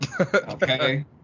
Okay